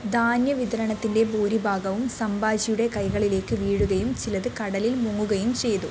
ധാന്യ വിതരണത്തിൻ്റെ ഭൂരിഭാഗവും സംഭാജിയുടെ കൈകളിലേക്ക് വീഴുകയും ചിലത് കടലിൽ മുങ്ങുകയും ചെയ്തു